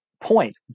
point